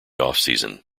offseason